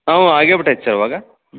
ಹ್ಞೂ ಆಗೇಬಿಟೈತಿ ಸರ್ ಇವಾಗ